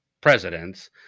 presidents